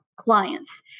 clients